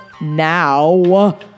now